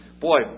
boy